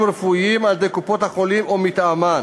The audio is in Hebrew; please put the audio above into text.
רפואיים על-ידי קופות-החולים או מטעמן,